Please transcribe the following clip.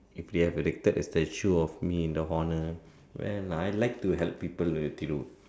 if they have erected a statue of me in the honor well I like to help people with Thiru